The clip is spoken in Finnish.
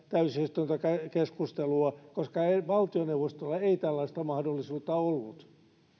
täysistuntokeskustelua koska valtioneuvostolla ei tällaista mahdollisuutta ollut